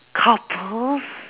couples